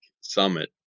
summit